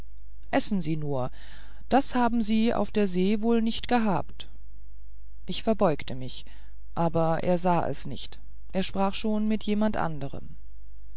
essen sie nur das haben sie auf der see nicht gehabt ich verbeugte mich aber er sah es nicht er sprach schon mit jemand anderem